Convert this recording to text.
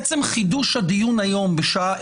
עצם חידשו הדיון היום בשעה